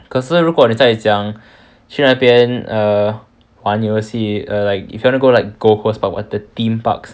可是如果你在讲去那边 err 玩游戏 err like if you wanna go like gold coast water theme parks